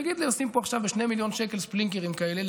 הוא יגיד לי: עושים פה עכשיו ב-2 מיליון שקל ספרינקלרים כאלה.